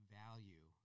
value